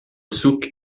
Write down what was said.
souk